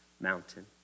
mountain